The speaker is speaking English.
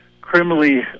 criminally